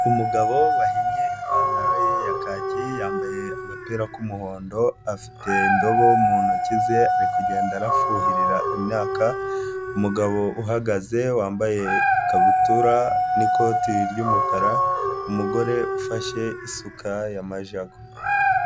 Umugabo wahinnye ipantaro ye ya kaki, yambaye agapira k'umuhondo afite indobo mu ntoki ze ari kugenda arafuhirira imyaka, umugabo uhagaze wambaye ikabutura n'ikoti ry'umukara, umugore ufashe isuka ya majago.